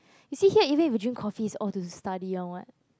you see here even if you drink coffee is all to study one [what]